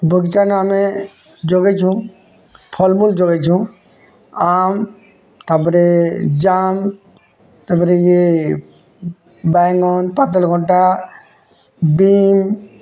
ବଗିଚାନ ଆମେ ଜଗାଇଛୁ ଫଲମୂଲ୍ ଜଗାଇଛୁ ଆମ୍ ତା'ପରେ ଜାମ୍ ତା'ପରେ ଇଏ ବାଇଙ୍ଗନ୍ ପାତଲଘଣ୍ଟା ବିନ୍